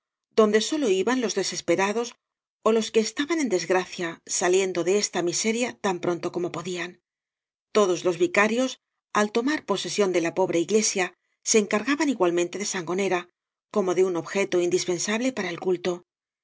donde sólo iban los desesperados ó los que estaban en desgracia saliendo de esta miseria tan pronto como podían todos los vicarios al tomar pose sión de la pobre iglesia se encargaban igualmente de sangonera como de un objeto indispensable para el culto